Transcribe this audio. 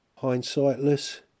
Hindsightless